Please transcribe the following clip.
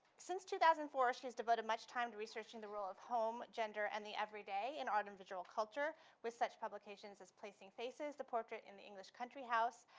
since two thousand and four, she's devoted much time to researching the role of home, gender, and the everyday in autumn visual culture with such publications as placing faces, the portrait in the english country house,